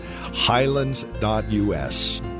highlands.us